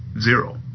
zero